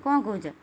କ'ଣ କହୁଛ